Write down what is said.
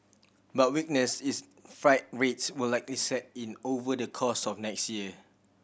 but weakness is freight rates will likely set in over the course of next year